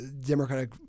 Democratic